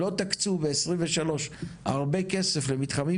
אם לא תקצו ב-2023 הרבה כסף למתחמים